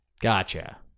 Gotcha